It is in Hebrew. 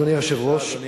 אדוני היושב-ראש,